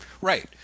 Right